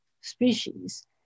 species